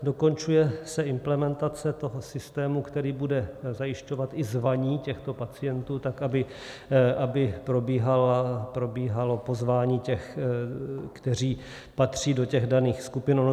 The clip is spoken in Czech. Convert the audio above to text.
Dokončuje se implementace toho systému, který bude zajišťovat i zvaní těchto pacientů tak, aby probíhalo pozvání těch, kteří patří do těch daných skupin.